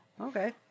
Okay